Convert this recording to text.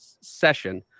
session